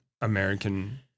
American